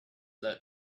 that